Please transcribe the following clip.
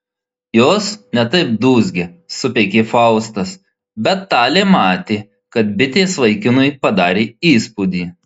jos ne taip dūzgia supeikė faustas bet talė matė kad bitės vaikinui padarė įspūdį